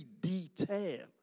detail